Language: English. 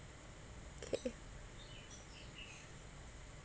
K